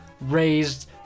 raised